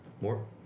More